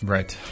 Right